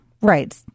right